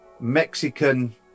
Mexican